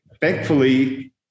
Thankfully